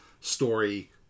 story